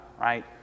right